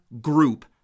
group